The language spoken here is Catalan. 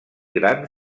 gran